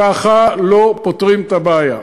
ככה לא פותרים את הבעיה.